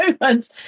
moments